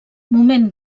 moment